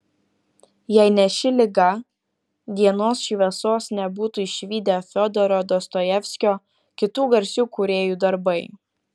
jei ne ši liga dienos šviesos nebūtų išvydę fiodoro dostojevskio kitų garsių kūrėjų darbai